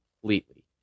completely